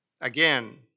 Again